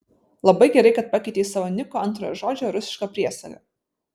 labai gerai kad pakeitei savo niko antrojo žodžio rusišką priesagą